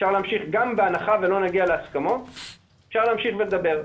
גם בהנחה ולא נגיע להסכמות אפשר להמשיך ולדבר.